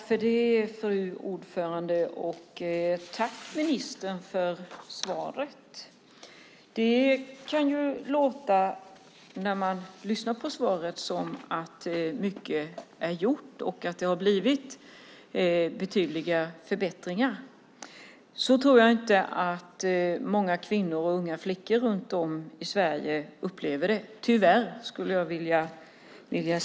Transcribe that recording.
Fru talman! Tack, ministern, för svaret! Det kan när man lyssnar på svaret låta som att mycket är gjort och att det har blivit betydliga förbättringar. Så tror jag inte att många kvinnor och unga flickor runt om i Sverige upplever det - tyvärr, skulle jag vilja säga.